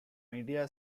media